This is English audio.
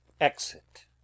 Exit